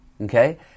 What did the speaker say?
okay